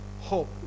hope